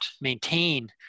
maintain